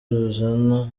ruzana